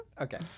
Okay